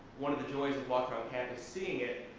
one of the joys of walking around campus seeing it,